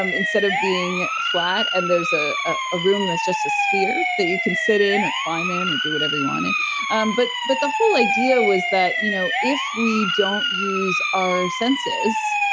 um instead of being flat. and there's ah ah a room that's just a sphere that you can sit in, or climate or do whatever you want and um but but the whole idea was that, you know if we don't use our senses,